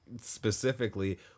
specifically